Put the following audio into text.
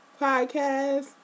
Podcast